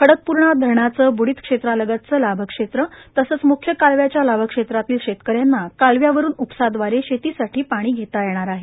खडकपूर्णा धरणाचे बुडीत क्षेत्रालगतचे लाभक्षेत्र तसेच मुख्य कालव्याच्या लाभक्षेत्रातील शेतकऱ्यांना कालव्यावरून उपसादवारे शेतीसाठी पाणी धेता येणार आहे